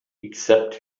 except